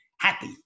happy